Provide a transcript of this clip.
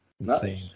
insane